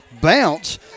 bounce